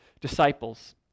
disciples